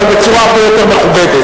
אבל בצורה הרבה יותר מכובדת.